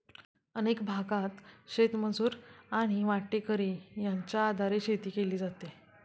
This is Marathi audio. अनेक भागांत शेतमजूर आणि वाटेकरी यांच्या आधारे शेती केली जाते